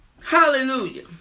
Hallelujah